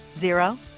zero